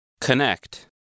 Connect